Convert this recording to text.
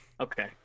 Okay